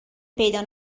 پیدا